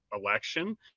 election